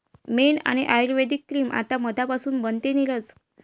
मेण आणि आयुर्वेदिक क्रीम आता मधापासून बनते, नीरज